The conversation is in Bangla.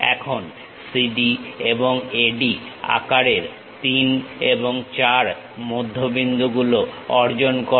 এখন CD এবং AD আকারের 3 এবং 4 মধ্যবিন্দুগুলো অর্জন করো